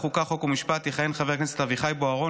הקליטה והתפוצות,